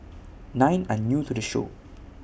nine are new to the show